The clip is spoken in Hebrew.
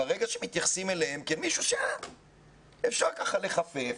ברגע שמתייחסים אליהם כמישהו שאפשר לחפף,